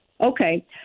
Okay